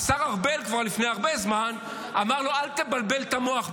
השר ארבל כבר לפני הרבה זמן אמר לו: אל תבלבל את המוח,